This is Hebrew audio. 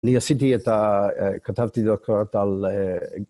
אני עשיתי את ה.. כתבתי דוחות על